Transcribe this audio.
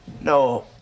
No